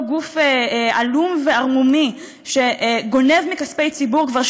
אותו גוף עלום וערמומי שגונב מכספי ציבור כבר